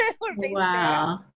Wow